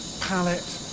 palette